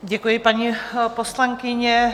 Děkuji, paní poslankyně.